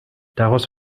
daraus